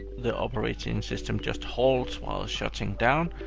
the operating system just halts while shutting down,